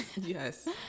yes